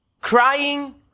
Crying